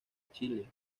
chile